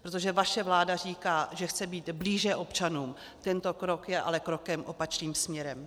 Protože vaše vláda říká, že chce být blíže občanům, tento krok je ale krokem opačným směrem.